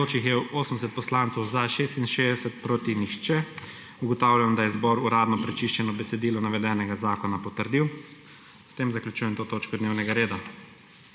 (Za je glasovalo 66.) (Proti nihče.) Ugotavljam, da je zbor uradno prečiščeno besedilo navedenega zakona potrdil. S tem zaključujem to točko dnevnega reda.